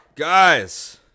Guys